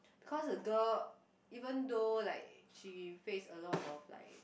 because the girl even though like she face a lot of like